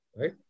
Right